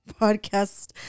podcast